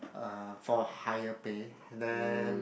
uh for higher pay and then